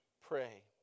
pray